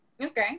Okay